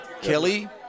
Kelly